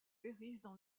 périssent